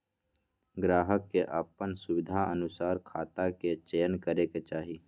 ग्राहक के अपन सुविधानुसार खाता के चयन करे के चाही